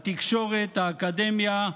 התקשורת, האקדמיה,